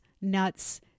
nuts